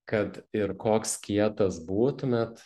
kad ir koks kietas būtumėt